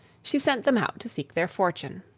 she sent them out to seek their fortune.